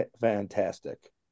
fantastic